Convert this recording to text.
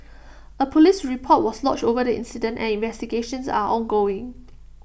A Police report was lodged over the incident and investigations are ongoing